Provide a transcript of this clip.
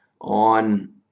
on